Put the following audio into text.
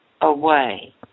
away